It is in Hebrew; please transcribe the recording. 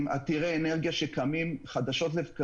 וכל אחד על דעת עצמו נותן את הדרישות שלו.